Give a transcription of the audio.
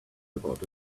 about